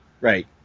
Right